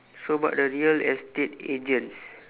so about the real estate agents